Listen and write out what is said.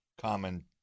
common